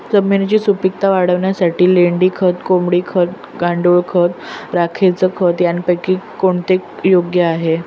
जमिनीची सुपिकता वाढवण्यासाठी लेंडी खत, कोंबडी खत, गांडूळ खत, राखेचे खत यापैकी कोणते योग्य आहे?